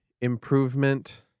improvement